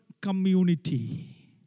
community